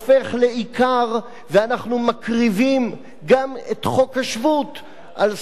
ואנחנו מקריבים גם את חוק השבות על סמך הסכמות